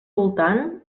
voltant